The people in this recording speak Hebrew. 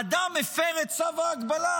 אדם הפר את צו ההגבלה,